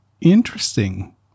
interesting